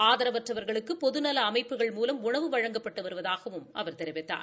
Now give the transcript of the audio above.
ஆதரவற்றவர்களுக்கு பொதுநல அமைப்புகள் மூலம் உணவு வழங்கப்பட்டு வருவதாகவும் அவர் தெரிவித்தார்